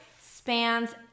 spans